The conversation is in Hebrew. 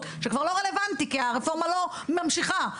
שכבר לא רלוונטי כי הרפורמה לא ממשיכה,